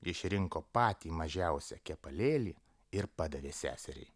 išrinko patį mažiausią kepalėlį ir padavė seseriai